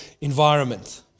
environment